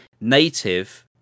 native